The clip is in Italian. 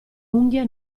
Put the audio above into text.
unghie